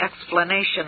explanation